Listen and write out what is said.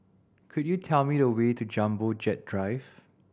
could you tell me the way to Jumbo Jet Drive